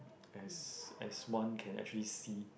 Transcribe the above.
as as one can actually see